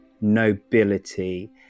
nobility